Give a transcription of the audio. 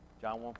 John